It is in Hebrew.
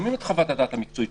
שומעים את חוות הדעת המקצועית,